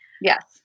Yes